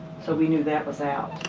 so we knew that was out.